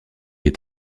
est